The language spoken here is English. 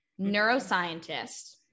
neuroscientist